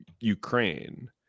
Ukraine